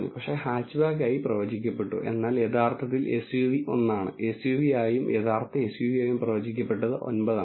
പക്ഷേ ഹാച്ച്ബാക്ക് ആയി പ്രവചിക്കപ്പെട്ടു എന്നാൽ യഥാർത്ഥത്തിൽ എസ്യുവി ഒന്നാണ് എസ്യുവിയായും യഥാർത്ഥ എസ്യുവിയായും പ്രവചിക്കപ്പെട്ടത് 9 ആണ്